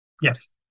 yes